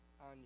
on